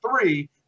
three